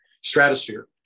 stratosphere